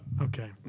Okay